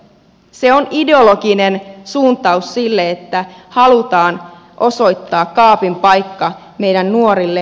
se on ideologinen suuntaus sille että halutaan osoittaa kaapin paikka meidän nuorille